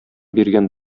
биргән